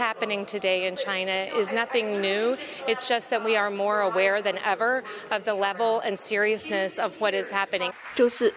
happening today in china is nothing new it's just that we are more aware than ever of the level and seriousness of what is happening